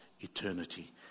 eternity